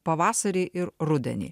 pavasarį ir rudenį